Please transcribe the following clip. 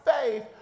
faith